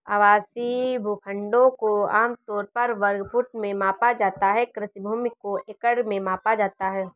आवासीय भूखंडों को आम तौर पर वर्ग फुट में मापा जाता है, कृषि भूमि को एकड़ में मापा जाता है